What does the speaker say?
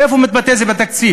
איפה זה מתבטא בתקציב?